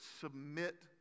submit